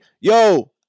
Yo